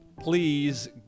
please